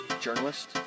journalist